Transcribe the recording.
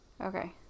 Okay